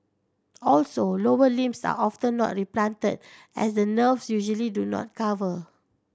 also lower limbs are often not replanted as the nerves usually do not cover